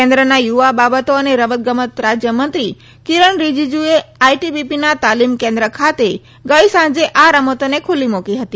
કેન્દ્રના યુવા બાબતો અને રમત ગમત રાજયમંત્રી કિરણ રીજીજુએ આઇટીબીપીના તાલીમ કેન્દ્ર ખાતે ગઇ સાંજે આ રમતોને ખુલ્લી મુકી હતી